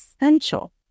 essential